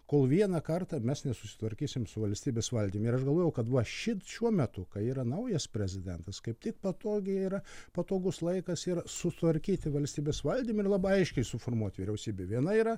kol vieną kartą mes nesusitvarkysim su valstybės valdym ir aš galvojau kad va šit šiuo metu kai yra naujas prezidentas kaip tik patogiai yra patogus laikas yra sutvarkyti valstybės valdymą ir labai aiškiai suformuot vyriausybę viena yra